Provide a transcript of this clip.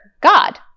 God